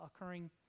occurring